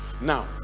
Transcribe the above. Now